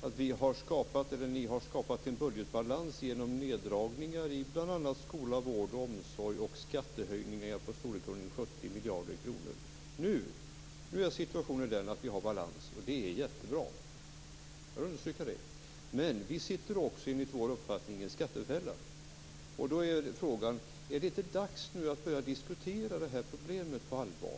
att ni har skapat en budgetbalans genom neddragningar i bl.a. skola, vård och omsorg och med hjälp av skattehöjningar i storleksordningen 70 miljarder kronor. Nu är situationen den att vi har balans. Det är jättebra. Jag vill understryka det. Men vi sitter också enligt vår uppfattning i en skattefälla. Är det inte dags att börja diskutera detta problem på allvar nu?